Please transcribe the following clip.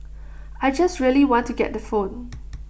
I just really want to get the phone